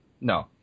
No